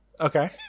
Okay